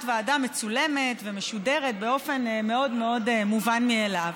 ועדה מצולמת ומשודרת באופן מאוד מאוד מובן מאליו.